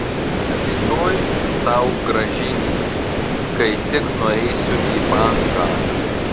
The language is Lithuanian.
rytoj tau grąžinsiu kai tik nueisiu į banką